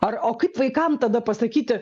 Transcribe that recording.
ar o kaip vaikam tada pasakyti